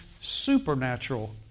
supernatural